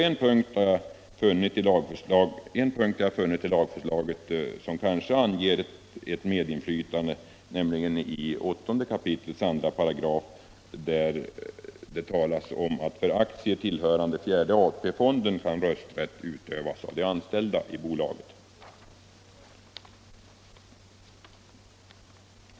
En punkt har jag funnit i lagförslaget som kanske anger ett medinflytande, nämligen 9 kap. 25, där det talas om att för aktier tillhörande fjärde AP-fonden kan rösträtt utövas av anställda i bolaget.